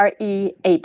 REAP